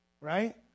Right